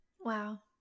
wow